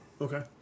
Okay